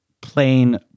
plain